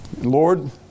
Lord